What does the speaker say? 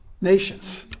nations